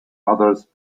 others